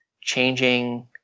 changing